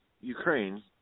Ukraine